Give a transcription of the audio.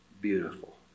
beautiful